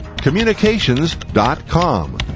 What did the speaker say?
communications.com